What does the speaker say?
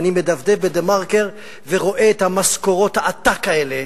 ואני מדפדף ב"דה מרקר" ורואה את משכורות העתק האלה.